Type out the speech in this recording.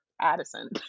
Addison